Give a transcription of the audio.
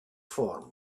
form